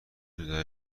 حدود